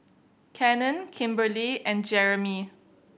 Cannon Kimberly and Jeremey